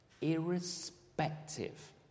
irrespective